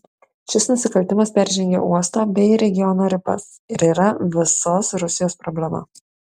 šis nusikaltimas peržengia uosto bei regiono ribas ir yra visos rusijos problema